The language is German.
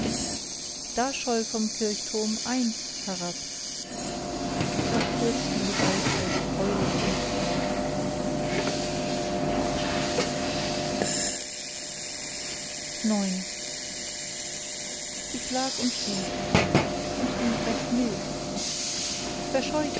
da scholl vom kirchturm eins herab da stürzten die geister sich heulend ins grab ix ich lag und schlief und schlief recht mild verscheucht